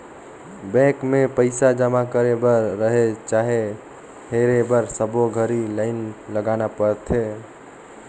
bank मे पइसा जमा करे बर रहें चाहे हेरे बर सबो घरी लाइन लगाना परथे